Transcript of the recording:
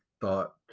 thought